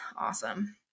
awesome